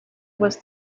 was